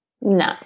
no